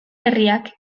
herriak